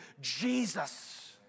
Jesus